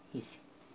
if